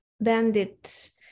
bandits